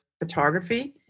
photography